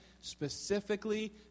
specifically